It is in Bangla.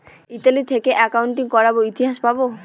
ইতালি থেকে একাউন্টিং করাবো ইতিহাস পাবো